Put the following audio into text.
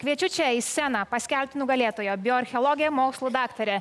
kviečiu čia į sceną paskelbti nugalėtojo bioarcheologė mokslų daktarė